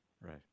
right